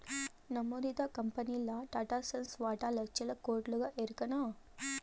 నమోదిత కంపెనీల్ల టాటాసన్స్ వాటా లచ్చల కోట్లుగా ఎరికనా